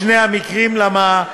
למה?